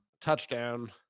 Touchdown